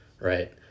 right